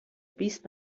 بیست